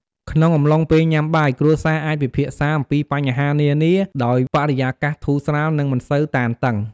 ក្នុងអំឡុងពេលញ៉ាំបាយ គ្រួសារអាចពិភាក្សាអំពីបញ្ហានានាដោយបរិយាកាសធូរស្រាល និងមិនសូវតានតឹង។